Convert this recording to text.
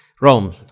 Rome